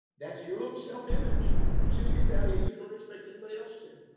that's your own self image. until you value you, don't expect anybody else to.